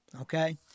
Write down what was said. okay